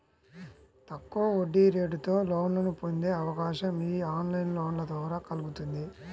తక్కువ వడ్డీరేటుతో లోన్లను పొందే అవకాశం యీ ఆన్లైన్ లోన్ల ద్వారా కల్గుతుంది